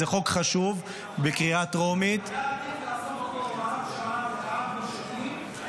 כי זה חוק חשוב --- היה עדיף לעשות אותו הוראת שעה לארבע שנים,